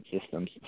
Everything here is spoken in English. systems